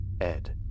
Ed